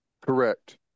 Correct